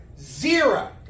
zero